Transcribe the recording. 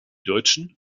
deutschen